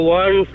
one